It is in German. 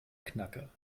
knacker